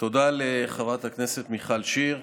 תודה לחברת הכנסת מיכל שיר.